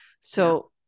So-